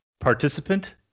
participant